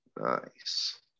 Nice